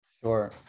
Sure